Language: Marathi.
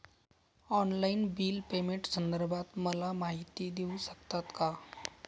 ऑनलाईन बिल पेमेंटसंदर्भात मला माहिती देऊ शकतात का?